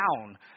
down